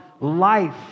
life